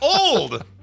old